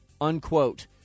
unquote